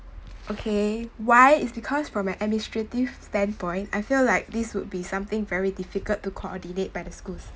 okay why is because from an administrative standpoint I feel like this would be something very difficult to coordinate by the schools